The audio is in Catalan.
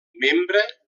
membre